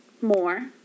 more